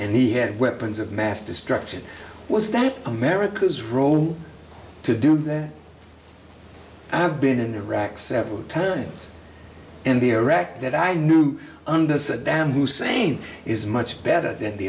and he had weapons of mass destruction was that america's role to do that i've been in iraq several times and iraq that i knew under sadam hussein is much better than the